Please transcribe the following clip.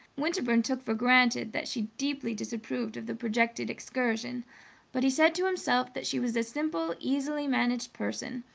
winterbourne took for granted that she deeply disapproved of the projected excursion but he said to himself that she was a simple, easily managed person,